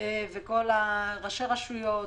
וראשי הרשויות,